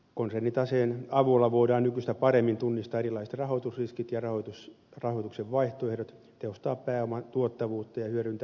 konsernitaseen avulla voidaan nykyistä paremmin tunnistaa erilaiset rahoitusriskit ja rahoituksen vaihtoehdot tehostaa pääoman tuottavuutta ja hyödyntää investointilaskelmia